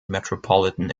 metropolitan